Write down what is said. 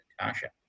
Natasha